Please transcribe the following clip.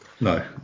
No